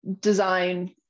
design